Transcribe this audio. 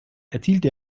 erzielte